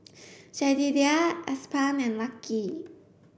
Jedidiah Aspen and Lucky